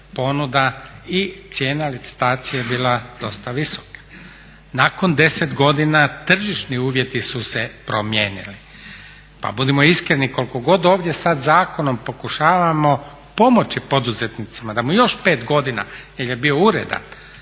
i cijena licitacije je bila dosta visoka. Nakon 10 godina tržišni uvjeti su se promijenili. Pa budimo iskreni koliko god ovdje sad zakonom pokušavamo pomoći poduzetnicima i da mu još 5 godina jer je bio uredan